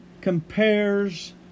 compares